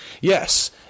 Yes